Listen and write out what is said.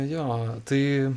jo tai